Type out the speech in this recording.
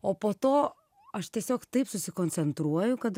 o po to aš tiesiog taip susikoncentruoju kad